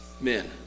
men